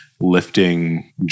Lifting